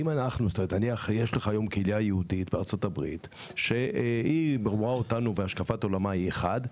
נניח שהיום יש לך קהילה יהודית בארצות-הברית שהשקפת עולמה היא אחת,